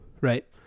Right